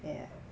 ya